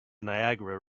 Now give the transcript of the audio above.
niagara